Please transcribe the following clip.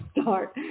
start